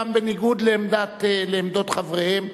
גם בניגוד לעמדות חבריהם,